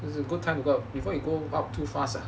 it's a good time go up before it go up too fast ah